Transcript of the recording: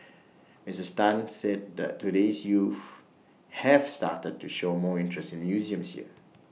misses Tan said that today's youth have started to show more interest in museums here